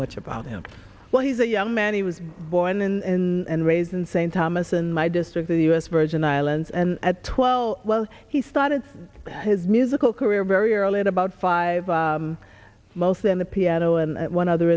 much about him well he's a young man he was born in and raised in st thomas and my district in the u s virgin islands and at twelve well he started his musical career very early at about five mostly on the piano and one other